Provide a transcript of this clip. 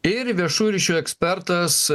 ir viešųjų ryšių ekspertas